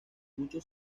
mucho